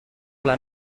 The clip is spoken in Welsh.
ble